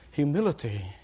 Humility